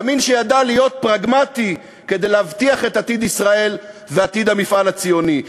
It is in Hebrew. ימין שידע להיות פרגמטי כדי להבטיח את עתיד ישראל ועתיד המפעל הציוני,